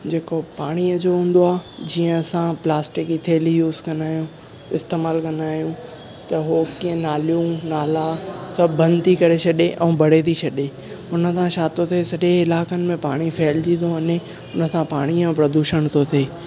जेको पाणीअ जो हूंदो आहे जीअं असां प्लास्टिक जी थैली यूस कंदा आहियूं इस्तेमालु कंदा आहियूं त हो के नालियूं नाला सभु बंदि थी करे छॾे करे ऐं भरे थी छॾे हुन सां छा थो थिए की सॼे इलाइक़नि में पाणी फेलिज़ी थो वञे पोइ असांजो पाणीअ जो प्रदूषण थो थिए